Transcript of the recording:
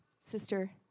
Sister